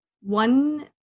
One